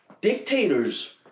Dictators